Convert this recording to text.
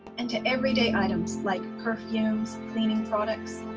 and to everyday items like perfumes, cleaning products,